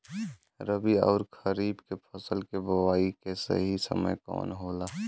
रबी अउर खरीफ के फसल के बोआई के सही समय कवन होला?